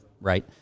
right